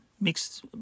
Mixed